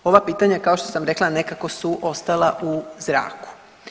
Ova pitanja kao što sam rekla nekako su ostala u zraku.